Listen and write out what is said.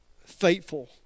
faithful